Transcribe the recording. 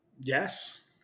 Yes